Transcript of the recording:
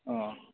अ